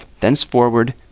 thenceforward